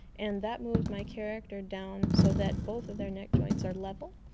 and that moves my character down so that both of their neck joints are level.